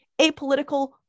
apolitical